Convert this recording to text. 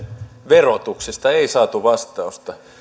verotuksesta ei saatu vastausta